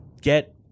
get